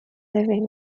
living